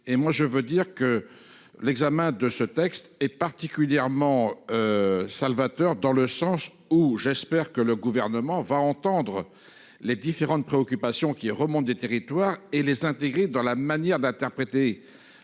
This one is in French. et moi, je veux dire que l'examen de ce texte est particulièrement. Salvateur dans le sens où j'espère que le gouvernement va entendre les différentes préoccupations qui remonte des territoires et les s'intégrer dans la manière d'interpréter.